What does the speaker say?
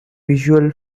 visual